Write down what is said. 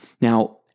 Now